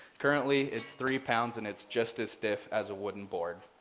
currently it's three pounds and it's just as stiff as a wooden board.